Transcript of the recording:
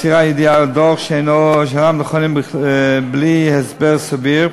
מסירת ידיעה או דוח שאינם נכונים בלי הסבר סביר,